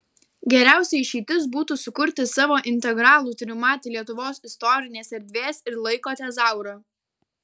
geriausia išeitis būtų sukurti savo integralų trimatį lietuvos istorinės erdvės ir laiko tezaurą